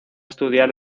estudiar